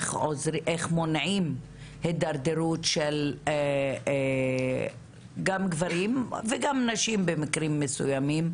איך מונעים התדרדרות - של גברים וגם נשים במקרים מסוימים